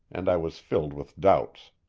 and i was filled with doubts.